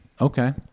Okay